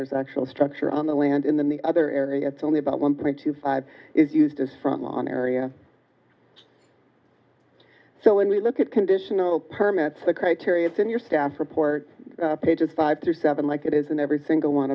there's actual structure on the land in the other areas only about one point two five is used as a front lawn area so when we look at conditional permits the criteria is in your staff report pages five to seven like it is and every single one